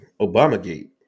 Obamagate